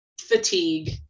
fatigue